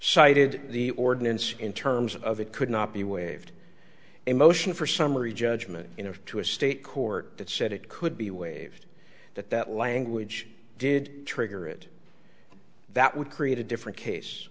cited the ordinance in terms of it could not be waived a motion for summary judgment you know to a state court that said it could be waived that that language did trigger it that would create a different case